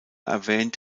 erwähnt